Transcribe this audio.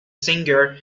singer